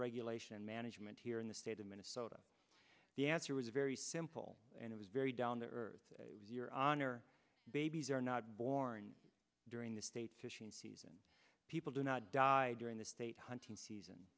regulation and management here in the state of minnesota the answer was very simple and it was very down the earth your honor babies are not born morning during the state fishing season people do not die during the state hunting season